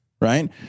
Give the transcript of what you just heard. Right